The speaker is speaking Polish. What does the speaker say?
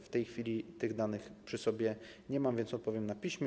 W tej chwili tych danych przy sobie nie mam, więc odpowiem na piśmie.